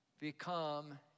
become